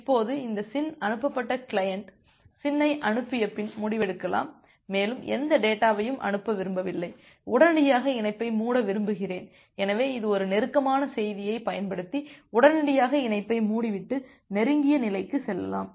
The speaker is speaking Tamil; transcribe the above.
இப்போது இந்த SYN அனுப்பப்பட்ட கிளையன்ட் SYN ஐ அனுப்பிய பின் முடிவெடுக்கலாம் மேலும் எந்த டேட்டாவையும் அனுப்ப விரும்பவில்லை உடனடியாக இணைப்பை மூட விரும்புகிறேன் எனவே இது ஒரு நெருக்கமான செய்தியைப் பயன்படுத்தி உடனடியாக இணைப்பை மூடிவிட்டு நெருங்கிய நிலைக்கு செல்லலாம்